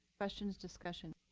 questions, discussion.